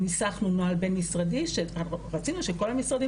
ניסחנו נוהל בין-משרדי שרצינו שכל המשרדים